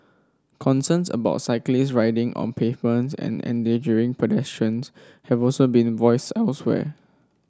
concerns about cyclists riding on pavements and endangering pedestrians have also been voiced elsewhere